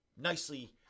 nicely